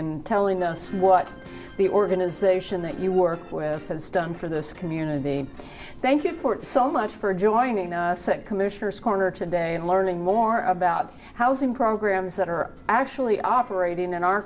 and telling us what the organization that you work with has done for this community thank you for so much for joining us sec commissioner scorner today and learning more about housing programs that are actually operating in our